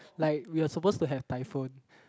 like we're suppose to have typhoon